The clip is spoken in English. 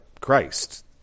Christ